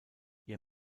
ihr